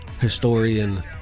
historian